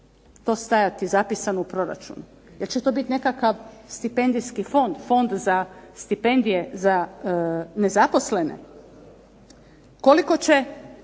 to stajati zapisano u proračunu. Jel će to biti nekakav stipendijski fond, fond za stipendije za nezaposlene? Koliko će